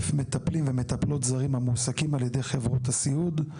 מטפלים ומטפלות זרים המועסקים על ידי חברות הסיעוד.